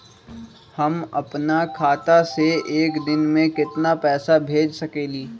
हम अपना खाता से एक दिन में केतना पैसा भेज सकेली?